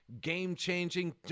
game-changing